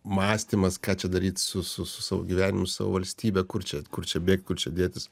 mąstymas ką čia daryt su su savo gyvenimu savo valstybe kur čia kur čia bėgt kur čia dėtis